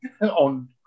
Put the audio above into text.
on